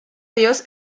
dios